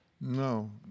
No